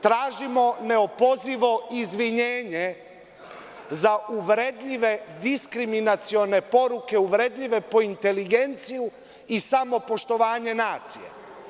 Tražimo neopozivo izvinjenje za uvredljive diskriminacione poruke, uvredljive po inteligenciju i samopoštovanje nacije.